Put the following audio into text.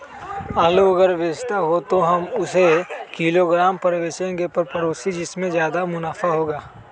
आलू अगर बेचना हो तो हम उससे किलोग्राम पर बचेंगे या पसेरी पर जिससे ज्यादा मुनाफा होगा?